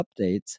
updates